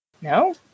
No